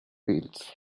pills